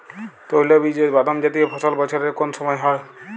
তৈলবীজ ও বাদামজাতীয় ফসল বছরের কোন সময় হয়?